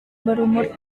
berumur